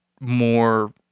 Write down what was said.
more